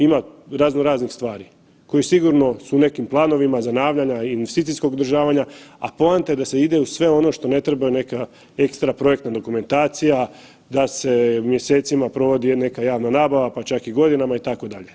Ima razno raznih stvari koje sigurno su u nekim planovima zanavljanja i investicijskog održavanja, a poanta je da se ide u sve ono što ne treba neka ekstra projektna dokumentacija, da se mjesecima provodi neka javna nabava, pa čak i godinama itd.